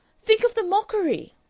think of the mockery!